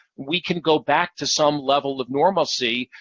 we can go back to some level of normalcy,